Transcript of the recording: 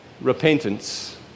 repentance